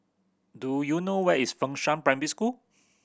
do you know where is Fengshan Primary School